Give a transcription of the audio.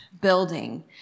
building